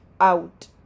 out